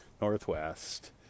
northwest